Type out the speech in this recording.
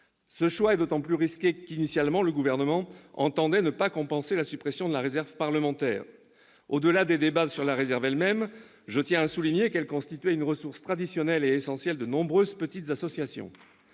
Ce choix est d'autant plus risqué que, initialement, le Gouvernement entendait ne pas compenser la suppression de la réserve parlementaire. Au-delà des débats sur la réserve elle-même, je tiens à souligner que celle-ci constituait une ressource traditionnelle et essentielle de nombreuses petites associations.